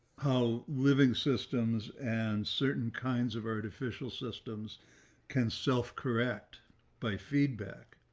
how living systems and certain kinds of artificial systems can self correct by feedback.